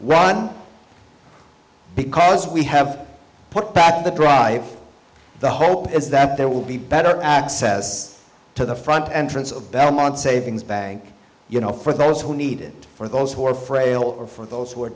ron because we have put back the drive the hope is that there will be better access to the front entrance of bellemont savings bank you know for those who needed for those who are frail or for those who are